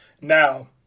Now